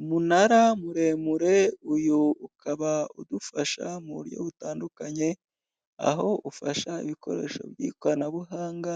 Umunara muremure, uyu ukaba udufasha mu buryo butandukanye; aho ufasha ibikoresho by'ikoranabuhanga